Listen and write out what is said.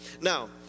Now